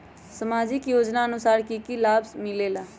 समाजिक योजनानुसार कि कि सब लाब मिलीला?